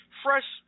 fresh